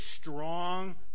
strong